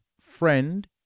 friend